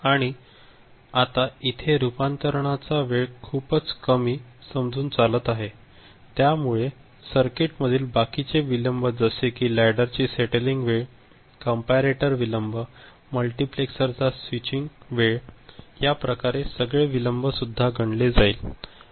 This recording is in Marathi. आणि आता इथे रूपांतरणाचा वेळ खूपच कमी समजून चालत आहे त्या मुले सर्किट मधील बाकीचे विलंब जसे की लॅडर चे सेटलिंग वेळ कम्पारेटर विलंब मल्टिप्लेक्सर चा स्वीटचिंग वेळ याप्रकारचे सगळे विलंबसुद्धा गणले जाईल